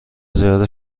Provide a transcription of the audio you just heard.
زیاد